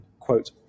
quote